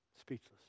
speechless